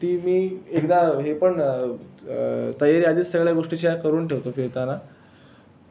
ती मी एकदा हे पण तयारी आधीच सगळ्या गोष्टीच्या करून ठेवतो फिरताना